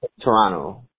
Toronto